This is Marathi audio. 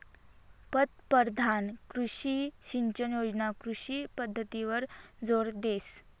पंतपरधान कृषी सिंचन योजना कृषी पद्धतवर जोर देस